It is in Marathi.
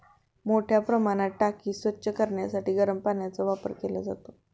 मोठ्या प्रमाणात टाकी स्वच्छ करण्यासाठी गरम पाण्याचा वापर केला जातो